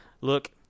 Look